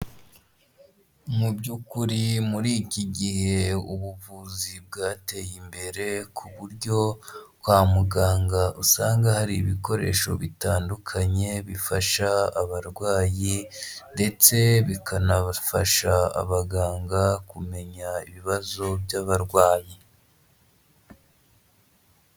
Mu by'ukuri muri iki gihe ubuvuzi bwateye imbere ku buryo kwa muganga usanga hari ibikoresho bitandukanye bifasha abarwayi ndetse bikanafasha abaganga kumenya ibibazo by'abarwayi.